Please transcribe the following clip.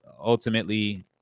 ultimately